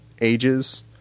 ages